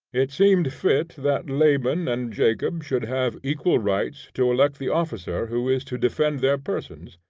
it seemed fit that laban and jacob should have equal rights to elect the officer who is to defend their persons,